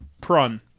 Prun